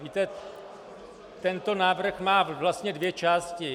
Víte, tento návrh má vlastně dvě části.